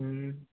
हूँ